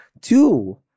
two